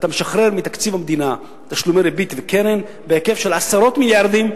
אתה משחרר מתקציב המדינה תשלומי ריבית וקרן בהיקף של עשרות מיליארדים,